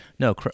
No